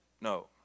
no